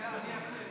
אני, אני אחליף.